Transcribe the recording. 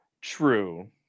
True